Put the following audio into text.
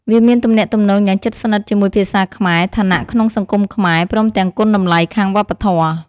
វាមានទំនាក់ទំនងយ៉ាងជិតស្និទ្ធជាមួយភាសាខ្មែរ ឋានៈក្នុងសង្គមខ្មែរ ព្រមទាំងគុណតម្លៃខាងវប្បធម៌។